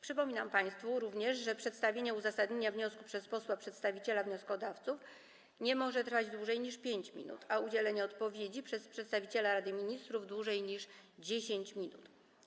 Przypominam państwu również, że przedstawienie uzasadnienia wniosku przez posła przedstawiciela wnioskodawców nie może trwać dłużej niż 5 minut, a udzielenie odpowiedzi przez przedstawiciela Rady Ministrów - dłużej niż 10 minut.